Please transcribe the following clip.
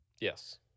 yes